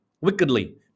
wickedly